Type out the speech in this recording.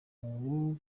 ubu